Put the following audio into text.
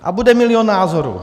A bude milion názorů.